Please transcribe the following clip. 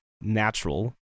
natural